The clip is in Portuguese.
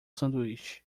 sanduíche